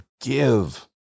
give